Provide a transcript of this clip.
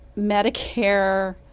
Medicare